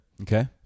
Okay